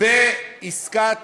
בעסקת